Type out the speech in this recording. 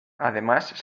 además